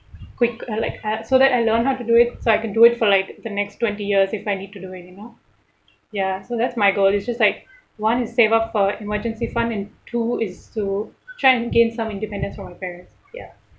quick uh like uh so that I learn how to do it so I can do it for like the next twenty years if I need to do anymore ya so that's my goal it's just like one is save up for emergency fund and two is to try and gain some independence from my parents ya